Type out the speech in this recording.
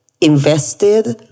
invested